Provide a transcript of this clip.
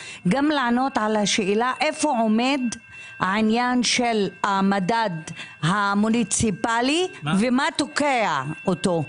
גם לענות על השאלה איפה עומד העניין של המדד המוניציפלי ומה תוקע אותו.